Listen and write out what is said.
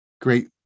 Great